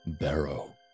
Barrow